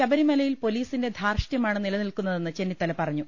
ശബരിമലയിൽ പൊലീ സിന്റെ ധാർഷ്ട്യമാണ് നിലനിൽക്കുന്നതെന്ന് ചെന്നിത്തല പറഞ്ഞു